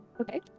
Okay